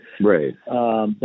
Right